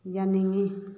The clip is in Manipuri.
ꯌꯥꯅꯤꯡꯏ